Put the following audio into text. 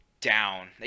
down